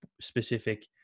specific